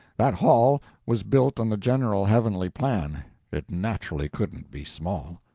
that hall was built on the general heavenly plan it naturally couldn't be small.